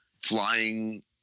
flying